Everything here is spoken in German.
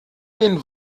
den